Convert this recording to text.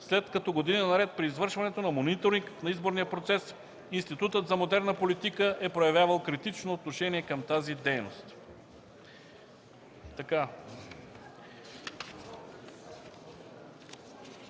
след като години наред, при извършването на мониторинг на изборния процес, Институтът за модерна политика е проявявал критично отношение към тази дейност.”